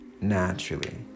naturally